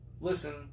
listen